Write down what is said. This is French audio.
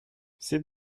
c’est